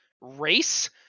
race